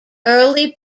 early